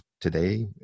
today